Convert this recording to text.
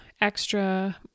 extra